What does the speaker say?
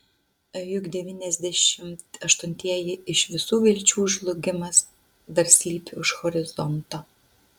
juk devyniasdešimt aštuntieji ir visų vilčių žlugimas dar slypi už horizonto